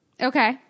Okay